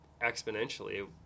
exponentially